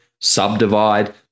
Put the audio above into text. subdivide